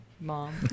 Mom